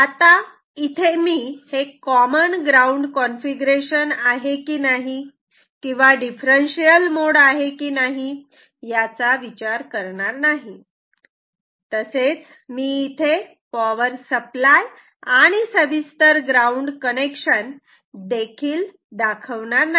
आता इथे मी हे कॉमन ग्राउंड कॉन्फिगरेशन आहे की नाही किंवा डिफरन्सशीअल मोड आहे की नाही याचा विचार करणार नाही तसेच मी इथे पॉवर सप्लाय आणि सविस्तर ग्राउंड कनेक्शन देखील दाखवणार नाही